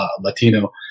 Latino